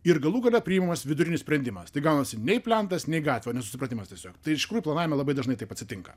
ir galų gale priimamas vidurinis sprendimas tai gaunasi nei plentas nei gatvė o nesusipratimas tiesiog iš tikrųjų planavime labai dažnai taip atsitinka